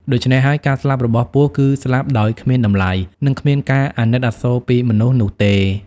ដូច្នេះហើយ ការស្លាប់របស់ពស់គឺស្លាប់ដោយគ្មានតម្លៃ និងគ្មានការអាណិតអាសូរពីមនុស្សនោះទេ ។